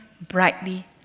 brightly